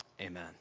Amen